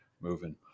moving